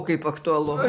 kaip aktualu